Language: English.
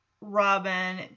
Robin